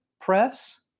press